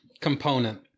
component